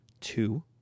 Two